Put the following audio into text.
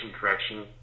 correction